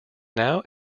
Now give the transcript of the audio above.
now